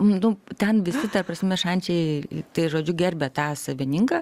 nu ten visi ta prasme šančiai tai žodžiu gerbia tą savininką